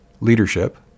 Leadership